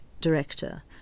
director